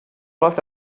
läuft